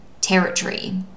territory